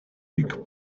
luc